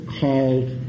called